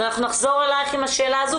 אז אנחנו נחזור אליך עם השאלה הזאת.